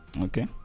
Okay